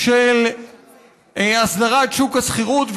של הסדרת שוק השכירות,